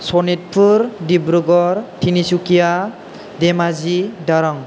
Sonitpur Dibrugarh Tinsukia Dhemaji Darrang